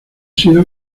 sido